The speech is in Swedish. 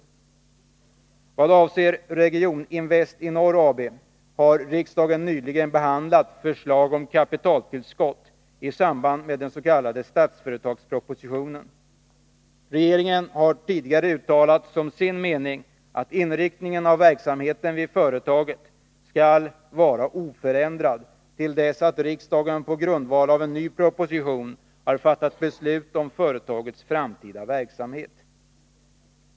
Beträffande Regioninvest i Norr AB har riksdagen nyligen behandlat förslag om kapitaltillskott i samband med den s.k. Statsföretagspropositionen. Regeringen har tidigare uttalat som sin mening att inriktningen av verksamheten vid företaget skall vara oförändrad till dess att riksdagen på grundval av en ny proposition har fattat beslut om företagets framtida verksamhet.